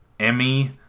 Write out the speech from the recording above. Emmy